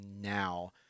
now